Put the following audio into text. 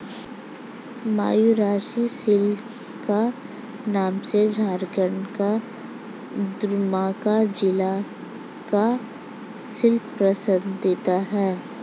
Mayurakshi silk के नाम से झारखण्ड के दुमका जिला का सिल्क प्रसिद्ध है